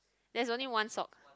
there is only one sock